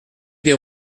des